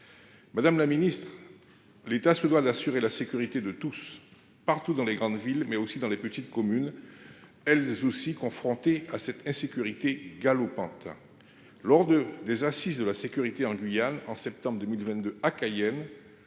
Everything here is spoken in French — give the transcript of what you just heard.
Madame la Ministre. L'État se doit d'assurer la sécurité de tous. Partout dans les grandes villes mais aussi dans les petites communes. Elles aussi confrontées à cette insécurité galopante. Lors de des Assises de la sécurité en Guyane, en septembre 2022, à Cayenne.